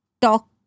talk